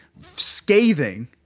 scathing